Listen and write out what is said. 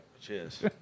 Cheers